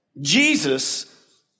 Jesus